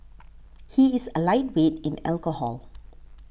he is a lightweight in alcohol